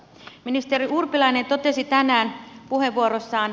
ministeri urpilainen totesi tänään puheenvuorossaan